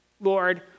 Lord